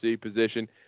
position –